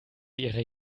ihre